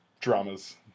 dramas